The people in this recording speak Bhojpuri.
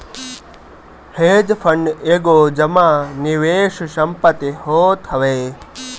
हेज फंड एगो जमा निवेश संपत्ति होत हवे